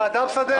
זאת ועדה מסדרת.